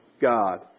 God